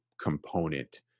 component